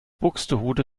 buxtehude